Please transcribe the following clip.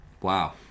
wow